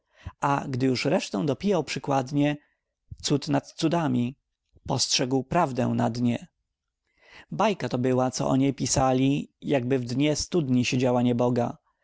gdy już resztę dopijał przykładnie cud nad cudami postrzegł prawdę na dnie bajka to była co o niej pisali jakby w dnie studni siedziała nieboga